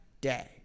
day